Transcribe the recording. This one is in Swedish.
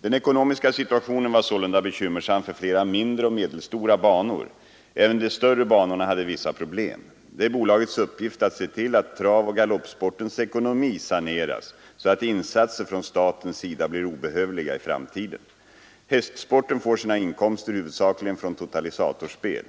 Den ekonomiska situationen var sålunda bekymmersam för flera mindre och medelstora banor. Även de större banorna hade vissa problem. Det är bolagets uppgift att se till att travoch galoppsportens ekonomi saneras så att insatser från statens sida blir obehövliga i framtiden. Hästsporten får sina inkomster huvudsakligen från totalisatorspel.